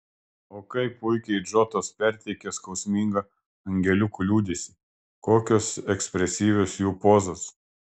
o kaip puikiai džotas perteikė skausmingą angeliukų liūdesį kokios ekspresyvios jų pozos